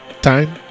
time